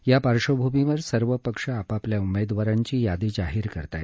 या पार्क्षभूमीवर सर्व पक्ष आपापल्या उमेदवारांची यादी जाहीर करत आहेत